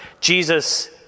Jesus